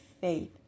faith